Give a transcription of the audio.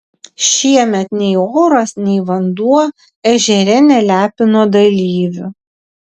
šiemet nei oras nei vanduo ežere nelepino dalyvių